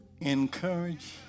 Encourage